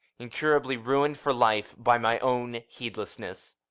incurably ruined for life by my own heedlessness!